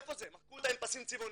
מחקו אותה עם פסים צבעוניים.